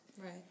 Right